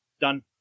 done